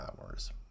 hours